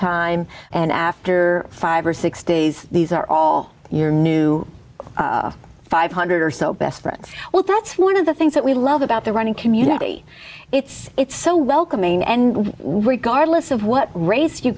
time and after five or six days these are all your new five hundred dollars or so best friends well that's one of the things that we love about the running community it's it's so welcoming and we got our lists of what race you